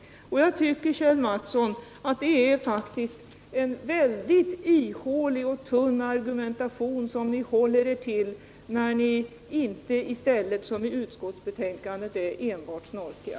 Jag tycker, Kjell Mattsson, att ni använder er av en mycket ihålig och tunn argumentation i debatten när ni inte i stället, som i utskottsbetänkandet, är enbart snorkiga.